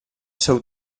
seu